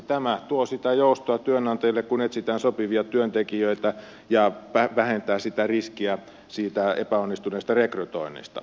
tämä tuo sitä joustoa työnantajille kun etsitään sopivia työntekijöitä ja vähentää riskiä epäonnistuneesta rekrytoinnista